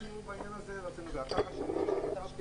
בעניין הזה רצינו --- מהממשקים,